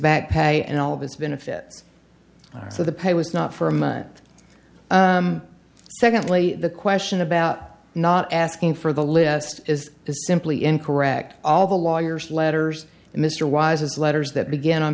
backpack and all of its benefits so the pay was not for a month secondly the question about not asking for the list is simply incorrect all the lawyer's letters mr wise's letters that begin on